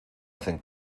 hacen